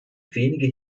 wenige